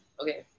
Okay